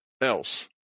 else